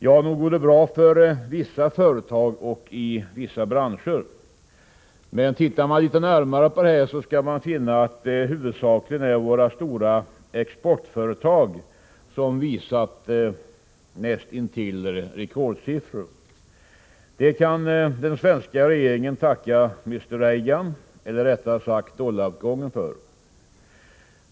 Ja, nog går det bra för vissa företag i vissa branscher. Det är huvudsakligen våra stora exportföretag, som visar näst intill rekordsiffror. Det kan den svenska regeringen tacka Reagan eller rättare sagt dollaruppgången för.